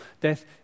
Death